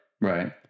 right